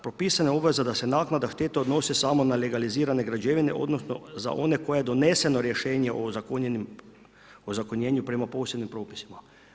Propisana je obveza da se naknada štete odnosi samo na legalizirane građevine odnosno za one koje je doneseno rješenje o zakonjenju prema posebnim propisima.